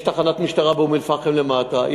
יש תחנת משטרה באום-אלפחם למטה,